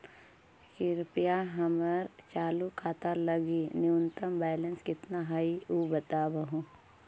कृपया हमर चालू खाता लगी न्यूनतम बैलेंस कितना हई ऊ बतावहुं